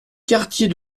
quartier